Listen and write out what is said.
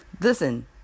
Listen